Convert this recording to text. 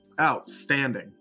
Outstanding